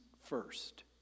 first